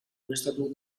ureztatu